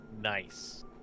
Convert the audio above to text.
Nice